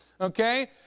okay